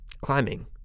climbing